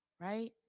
Right